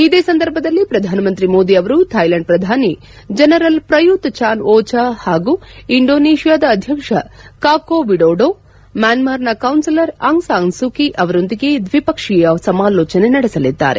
ಇದೇ ಸಂದರ್ಭದಲ್ಲಿ ಪ್ರಧಾನಮಂತ್ರಿ ಮೋದಿ ಅವರು ಥೈಲ್ಯಾಂಡ್ ಪ್ರಧಾನಿ general Prayut Chan o cha ಹಾಗೂ ಇಂಡೋನೇಷ್ಯಾದ ಅಧ್ಯಕ್ಷ ಕಾಕೋ ವಿಡೋಡೊ ಮ್ಯಾನ್ಮಾರ್ನ ಕೌನ್ಸಿಲರ್ ಅಂಗ್ ಸಾನ್ ಸೂಕಿ ಅವರೊಂದಿಗೆ ದ್ವಿಪಕ್ಷೀಯ ಸಮಾಲೋಚನೆ ನಡೆಸಲಿದ್ದಾರೆ